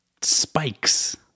spikes